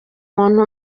umuntu